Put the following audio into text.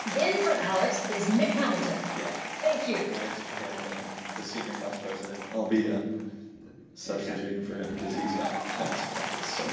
in for alex is mick hamilton. yeah thank you. my name's mick hamilton. i'm the senior class president. i'll be ah substituting for him, cuz he's got tennis practice. so